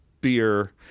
Beer